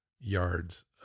yards